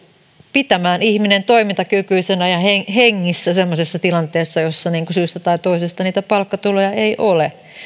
pitämään ihminen toimintakykyisenä ja hengissä semmoisessa tilanteessa jossa syystä tai toisesta niitä palkkatuloja ei ole